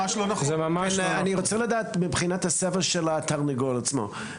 אני רוצה לדעת מבחינת הסבל של התרנגולת עצמה.